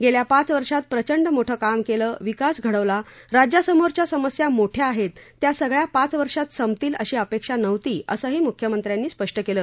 गेल्या पाच वर्षात प्रचंड मोठं काम केलं विकास घडवला राज्यासमोरच्या समस्या मोठ्या आहेत त्या सगळ्या पाच वर्षात संपतील अशी अपेक्षा नव्हती असंही मुख्यमंत्र्यांनी स्पष्ट केलं